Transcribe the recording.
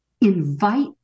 Invite